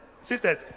sisters